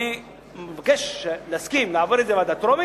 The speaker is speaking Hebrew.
אני מבקש להסכים להעביר את זה לוועדה בטרומית,